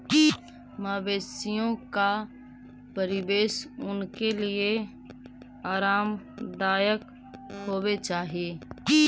मवेशियों का परिवेश उनके लिए आरामदायक होवे चाही